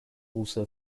also